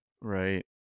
Right